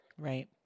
Right